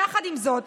יחד עם זאת,